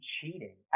cheating